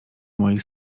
moich